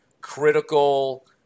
critical